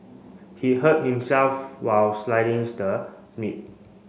he hurt himself while the meat